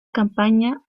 campaña